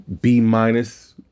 B-minus